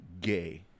gay